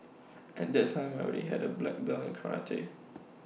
at that time I already had A black belt in karate